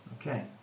Okay